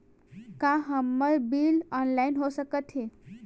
का हमर bill online हो सकत हे?